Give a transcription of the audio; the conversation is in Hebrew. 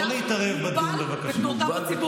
הוא יהיה נרדף ומוגבל בתנועותיו בציבור,